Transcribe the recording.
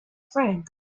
friend